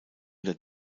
der